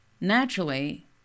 naturally